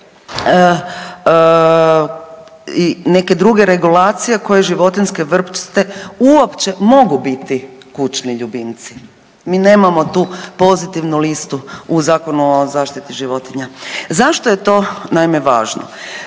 i neke druge regulacije koje životinjske vrste uopće mogu biti kućni ljubimci. Mi nemamo tu pozitivnu listu u Zakonu o zaštiti životinja. Zašto je to naime važno?